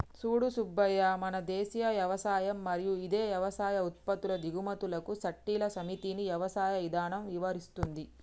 సూడు సూబ్బయ్య మన దేసీయ యవసాయం మరియు ఇదే యవసాయ ఉత్పత్తుల దిగుమతులకు సట్టిల సమితిని యవసాయ ఇధానం ఇవరిస్తుంది